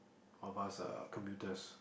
of us uh commuters